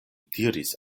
diris